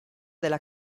della